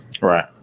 Right